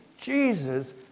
Jesus